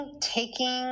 taking